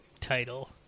title